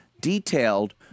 detailed